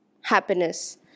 happiness